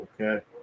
Okay